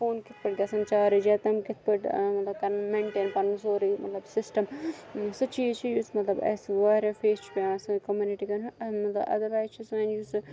phone کِتھ پٲٹھۍ گَژھان چارٕج یا تِم کِتھ پٲٹھۍ مَطلَب کَران مینٹین پَنُن سوروے مَطلَب سِسٹَم سُہ چیٖز چھُ یُس مَطلَب اَسہِ واریاہ فیس چھُ پیٚوان سٲنۍ کوٚمنٹی اَدَروایِز چھُ سٲنۍ یُس زَن